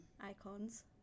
Icons